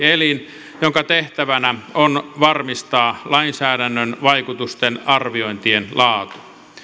elin jonka tehtävänä on varmistaa lainsäädännön vaikutusten arviointien laatu